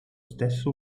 stesso